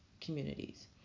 communities